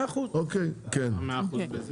100%. מה 100% בזה?